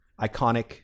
iconic